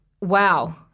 wow